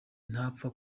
ntapfa